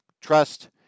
trust